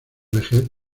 vejez